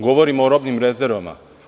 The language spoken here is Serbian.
Govorim o robnim rezervama.